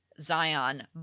Zion